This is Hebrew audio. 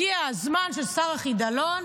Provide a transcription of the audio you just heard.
הגיע הזמן של שר החידלון,